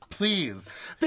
Please